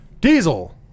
Diesel